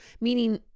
meaning